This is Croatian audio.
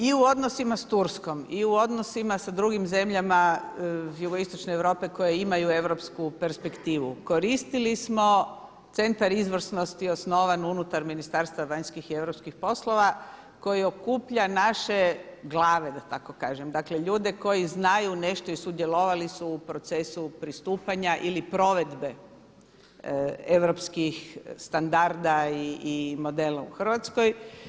I u odnosima sa Turskom i u odnosima sa drugim zemljama jugoistočne Europe koje imaju europsku perspektivu koristili smo centar izvrsnosti osnovan unutar Ministarstva vanjskih i europskih poslova koji okuplja naše glave da tako kažem, dakle ljude koji znaju nešto i sudjelovali su u procesu pristupanja ili provedbe europskih standarda i modela u Hrvatskoj.